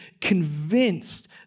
convinced